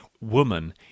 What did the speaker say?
Woman